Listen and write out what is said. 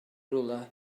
rywle